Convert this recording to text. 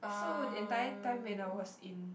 so the entire time when I was in